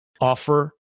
offer